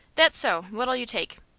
that's so. what'll you take?